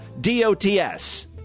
D-O-T-S